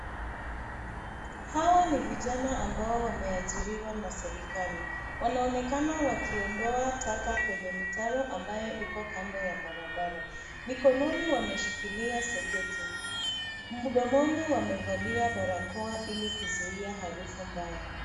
Hawa ni vijana ambao wameajiriwa na serikali. Wanaonekana wakiondoa taka kwenye mitaro ambayo iko kando ya barabara. Mikononi wameshikilia sepetu. Mdomoni wamevalia barakoa ili kuzuia harufu mbaya.